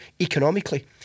economically